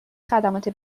خدمات